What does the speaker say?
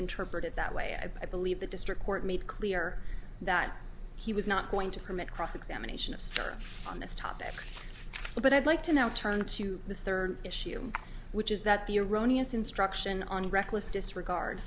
interpreted that way i believe the district court made clear that he was not going to permit cross examination of star on this topic but i'd like to now turn to the third issue which is that the erroneous instruction on reckless disregard